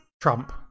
Trump